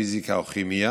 פיזיקה או כימיה,